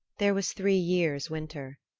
there was three years' winter.